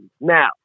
Now